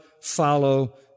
follow